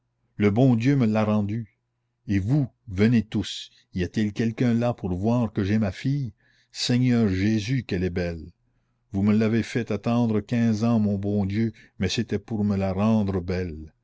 le bon dieu me l'a rendue eh vous venez tous y a-t-il quelqu'un là pour voir que j'ai ma fille seigneur jésus qu'elle est belle vous me l'avez fait attendre quinze ans mon bon dieu mais c'était pour me la rendre belle